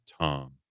Tom